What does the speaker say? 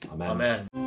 Amen